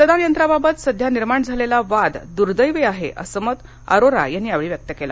मतदान यंत्रांबाबत सध्या निर्माण झालेला वाद दुदैंवी आहे असं मत अरोरा यांनी यावेळी व्यक्त केलं